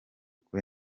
kuri